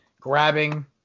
grabbing –